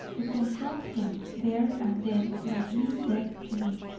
to confront him there and then might mean death to me,